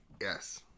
Yes